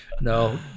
no